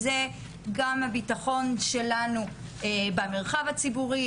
זה גם הביטחון שלנו במרחב הציבורי,